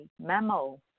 memo